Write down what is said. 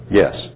yes